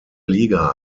liga